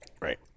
Right